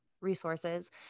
resources